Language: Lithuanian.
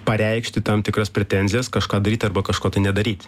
pareikšti tam tikras pretenzijas kažką daryti arba kažko tai nedaryti